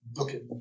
Okay